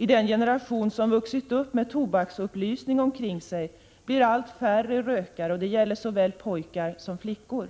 I den generation som vuxit upp med tobaksupplysning omkring sig blir allt färre rökare, och det gäller såväl pojkar som flickor.